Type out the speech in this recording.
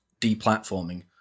deplatforming